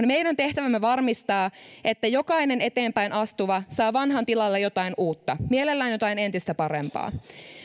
meidän tehtävämme varmistaa että jokainen eteenpäin astuva saa vanhan tilalle jotain uutta mielellään jotain entistä parempaa